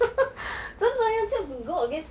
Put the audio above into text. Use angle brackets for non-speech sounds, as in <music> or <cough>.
<laughs> 真的要这样子 go against